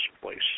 place